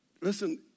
Listen